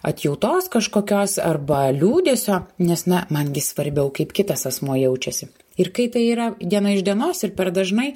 atjautos kažkokios arba liūdesio nes na man gi svarbiau kaip kitas asmuo jaučiasi ir kai tai yra diena iš dienos ir per dažnai